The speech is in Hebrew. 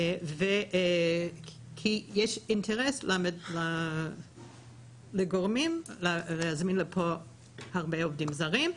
כי יש אינטרס לגורמים להזמין לפה הרבה עובדים זרים.